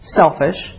selfish